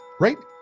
right?